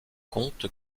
compte